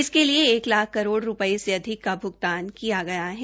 इसके लिए एक लाख करोड़ रूपये से अधिक का भ्गतान किया गया है